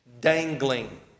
dangling